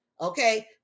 okay